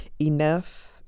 enough